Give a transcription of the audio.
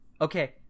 Okay